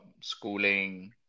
schooling